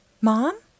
Mom